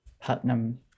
Putnam